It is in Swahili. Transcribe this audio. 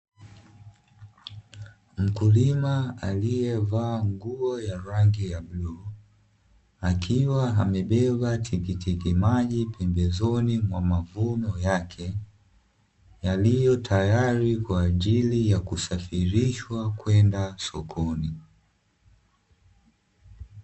Mkulima aliyevaa nguo ya rangi ya bluu akiwa amebeba tikitiki maji, pembezoni mwa mavuno yake yaliyo tayari kwa ajili ya kusafirishwa kwenda sokoni.